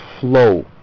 flow